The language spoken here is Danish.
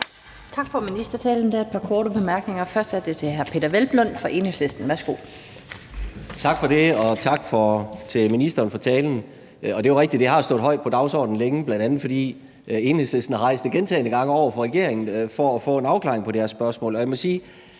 Tak for ministertalen. Der er et par korte bemærkninger. Først er det hr. Peder Hvelplund fra Enhedslisten. Værsgo. Kl. 16:38 Peder Hvelplund (EL): Tak for det, og tak til ministeren for talen. Det er rigtigt, at det har stået højt på dagsordenen længe, bl.a. fordi Enhedslisten har rejst det gentagne gange over for regeringen for at få en afklaring på det her spørgsmål.